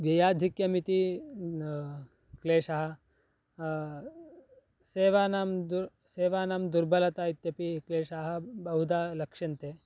व्ययाधिक्यमिति क्लेशः सेवानां दुर् सेवानां दुर्बलता इत्यपि क्लेशाः बहुधा लक्ष्यन्ते